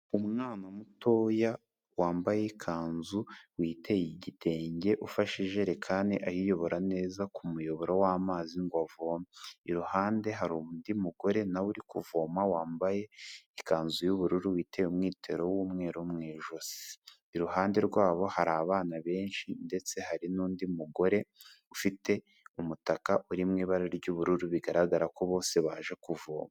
Umwana mutoya, wambaye ikanzu, witeye igitenge, ufashe ijerekani ayiyobora neza ku muyoboro w'amazi ngo avome. Iruhande hari undi mugore na we uri kuvoma, wambaye ikanzu y'ubururu, witeye umwitero w'umweru mu ijosi. Iruhande rwabo hari abana benshi ndetse hari n'undi mugore ufite umutaka uri mu ibara ry'ubururu, bigaragara ko bose baje kuvoma.